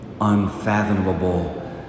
unfathomable